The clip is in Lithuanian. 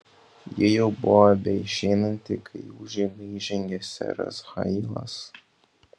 ji jau buvo beišeinanti kai į užeigą įžengė seras hailas